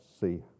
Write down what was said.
see